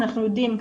אנחנו יודעים,